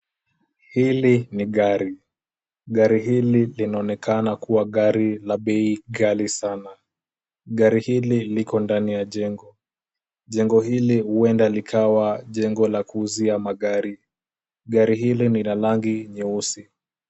Hili ni gari. Gari hili linaonekana kuwa gari la bei ghali sana. Gari hili liko ndani ya jengo, jengo hili huenda likawa jengo la kuuzia magari. Gari hili ni la rangi nyeusi.